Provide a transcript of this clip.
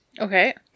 Okay